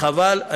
חבל.